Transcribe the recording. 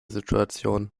situation